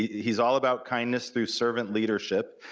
he's all about kindness through servant leadership,